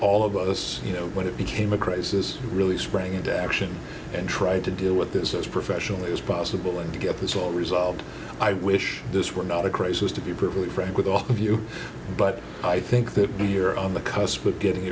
all of us you know when it became a crisis really sprang into action and try to deal with this as professionally as possible and to get this all resolved i wish this were not a crisis to be brutally frank with all of you but i think that we're on the cusp of getting